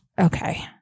okay